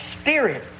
spirit